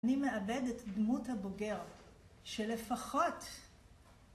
אני מאבד את דמות הבוגר, שלפחות